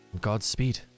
Godspeed